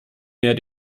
mehr